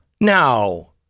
Now